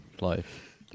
life